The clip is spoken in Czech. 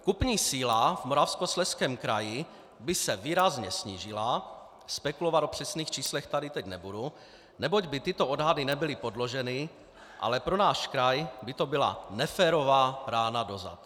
Kupní síla v Moravskoslezském kraji by se výrazně snížila spekulovat o přesných číslech tady teď nebudu, neboť by tyto odhady nebyly podloženy, ale pro náš kraj by to byla neférová rána do zad.